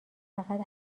فقط